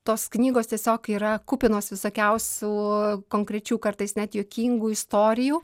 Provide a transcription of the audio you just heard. tos knygos tiesiog yra kupinos visokiausių konkrečių kartais net juokingų istorijų